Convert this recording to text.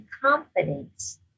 confidence